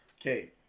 Okay